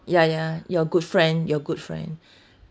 ya ya your good friend your good friend